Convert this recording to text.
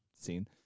seen